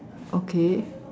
okay